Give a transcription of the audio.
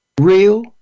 real